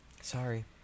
Sorry